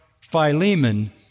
Philemon